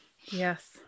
yes